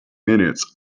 minutes